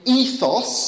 ethos